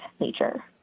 nature